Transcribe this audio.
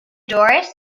doris